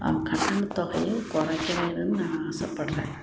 ஆ கட்டணத் தொகையை குறைக்க வேணும்ன்னு நான் ஆசைப்பட்றேன்